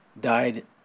died